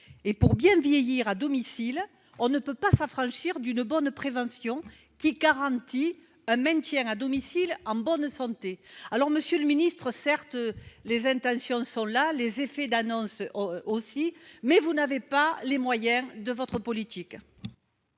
et pour bien vieillir à domicile, on ne peut pas s'affranchir d'une bonne prévention qui garantit un maintien à domicile, en bonne santé, alors Monsieur le Ministre, certes, les intentions sont là les effets d'annonce aussi, mais vous n'avez pas les moyens de votre politique.